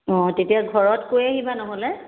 অঁ তেতিয়া ঘৰত কৈ আহিবা নহ'লে